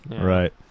Right